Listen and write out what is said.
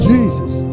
Jesus